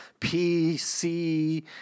PC